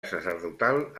sacerdotal